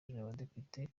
abadepite